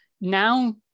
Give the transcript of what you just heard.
now